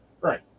Right